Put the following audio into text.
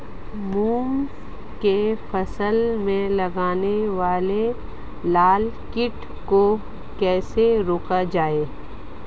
मूंग की फसल में लगने वाले लार कीट को कैसे रोका जाए?